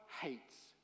hates